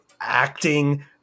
acting